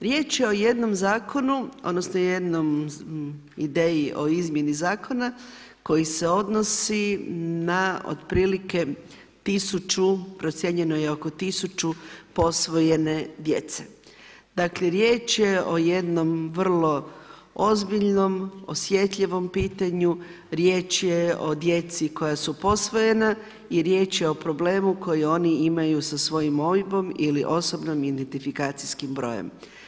Riječ je o jednom zakonu odnosno jednoj ideji o izmjeni zakona koji se odnosi na otprilike procijenjeno je oko tisuću posvojene djece. dakle riječ je o jednom vrlo ozbiljnom, osjetljivom pitanju, riječ je o djeci koja su posvojena i riječ je o problemu koji oni imaju sa svojim OIB-om ili osobnim identifikacijskim brojem.